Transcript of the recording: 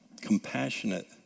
compassionate